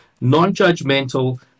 non-judgmental